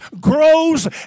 grows